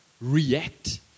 react